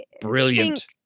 brilliant